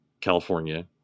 California